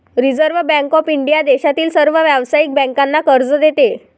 reserve bank of India देशातील सर्व व्यावसायिक बँकांना कर्ज देते